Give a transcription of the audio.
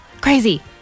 crazy